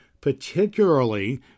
particularly